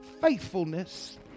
faithfulness